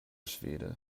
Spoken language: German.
schwede